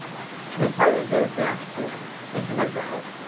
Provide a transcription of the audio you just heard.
and part of it goes back to thinking about